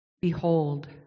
Behold